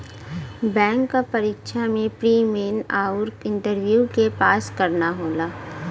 bank क परीक्षा में प्री, मेन आउर इंटरव्यू के पास करना होला